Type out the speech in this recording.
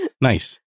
Nice